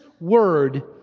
word